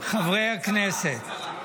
חברי הכנסת,